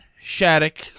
Shattuck